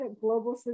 global